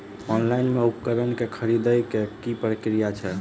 Online मे उपकरण केँ खरीदय केँ की प्रक्रिया छै?